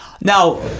now